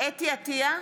חוה אתי עטייה,